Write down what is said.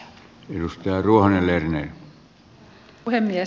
arvoisa puhemies